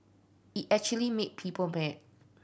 it actually made people mad